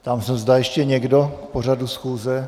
Ptám se, zda ještě někdo k pořadu schůze.